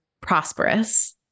prosperous